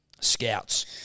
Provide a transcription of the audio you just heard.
scouts